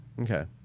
Okay